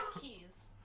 keys